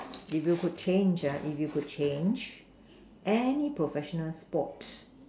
if you could change ah if you could change any professional sport